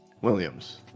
Williams